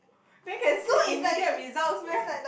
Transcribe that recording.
then can see immediate results meh